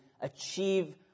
achieve